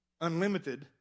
Unlimited